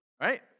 right